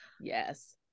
Yes